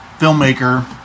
filmmaker